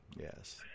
yes